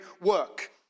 work